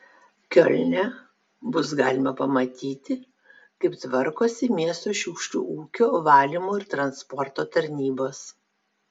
kiolne bus galima pamatyti kaip tvarkosi miesto šiukšlių ūkio valymo ir transporto tarnybos